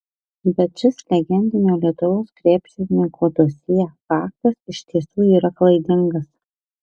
bet šis legendinio lietuvos krepšininko dosjė faktas iš tiesų yra klaidingas